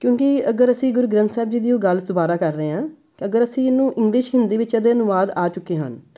ਕਿਉਂਕਿ ਅਗਰ ਅਸੀਂ ਗੁਰੂ ਗ੍ਰੰਥ ਸਾਹਿਬ ਜੀ ਦੀ ਉਹ ਗੱਲ ਦੁਬਾਰਾ ਕਰ ਰਹੇ ਹਾਂ ਅਗਰ ਅਸੀਂ ਇਹਨੂੰ ਇੰਗਲਿਸ਼ ਹਿੰਦੀ ਦੇ ਵਿੱਚ ਇਹਦੇ ਅਨੁਵਾਦ ਆ ਚੁੱਕੇ ਹਨ